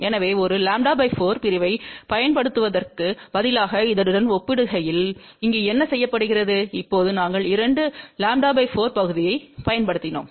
எனவே ஒரு λ 4 பிரிவைப் பயன்படுத்துவதற்குப் பதிலாக இதனுடன் ஒப்பிடுகையில் இங்கு என்ன செய்யப்படுகிறது இப்போது நாங்கள் இரண்டு λ 4 பகுதியைப் பயன்படுத்தினோம்